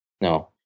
No